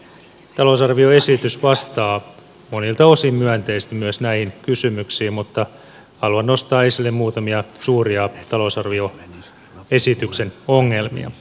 talousarvioesitys vastaa monilta osin myönteisesti myös näihin kysymyksiin mutta haluan nostaa esille muutamia suuria talousarvioesityksen ongelmia